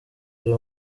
ari